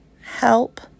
help